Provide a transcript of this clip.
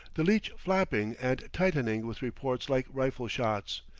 the leach flapping and tightening with reports like rifle-shots,